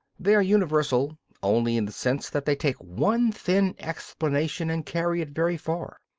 they are universal only in the sense that they take one thin explanation and carry it very far.